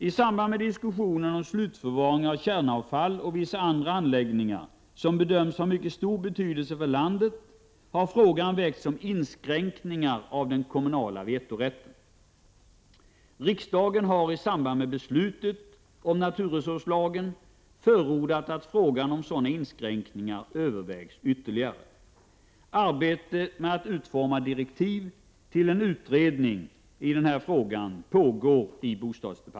I samband med diskussionen om slutförvaring av kärnavfall och vissa andra anläggningar som bedömts ha mycket stor betydelse för landet har sådana inskränkningar övervägs ytterligare. Arbetet med att utforma Om den kommunala